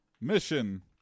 mission